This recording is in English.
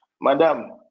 madam